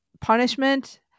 punishment